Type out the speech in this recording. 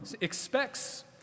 expects